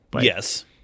Yes